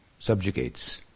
Subjugates